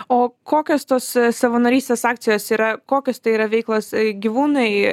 o kokios tos savanorystės akcijos yra kokios tai yra veiklos gyvūnai